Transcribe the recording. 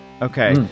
Okay